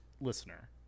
listener